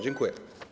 Dziękuję.